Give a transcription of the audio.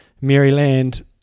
maryland